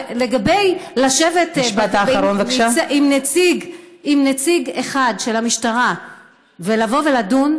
לגבי לשבת עם נציג אחד של המשטרה ולבוא ולדון,